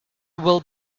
will